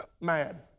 Mad